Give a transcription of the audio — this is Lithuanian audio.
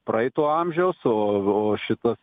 praeito amžiaus o o šitas